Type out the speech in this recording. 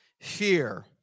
fear